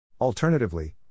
Alternatively